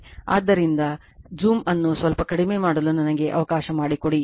ಆದ್ದರಿಂದ ಜೂಮ್ ಅನ್ನು ಸ್ವಲ್ಪ ಕಡಿಮೆ ಮಾಡಲು ನನಗೆ ಅವಕಾಶ ಮಾಡಿಕೊಡಿ